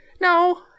no